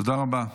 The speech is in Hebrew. תודה רבה.